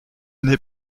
n’est